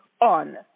on